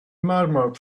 murmur